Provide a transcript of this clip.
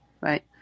Right